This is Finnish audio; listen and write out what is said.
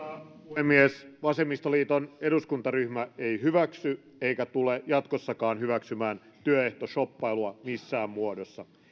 puhemies vasemmistoliiton eduskuntaryhmä ei hyväksy eikä tule jatkossakaan hyväksymään työehtoshoppailua missään muodossa